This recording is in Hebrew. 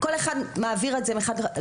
כל אחד מעביר את זה לשני,